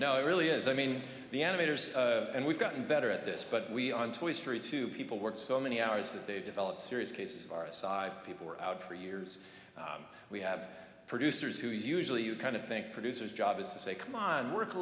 know it really is i mean the animators and we've gotten better at this but we on toy story two people work so many hours that they develop serious cases are a side people were out for years we have producers who usually you kind of think producers job is to say come on work a